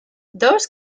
those